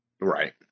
right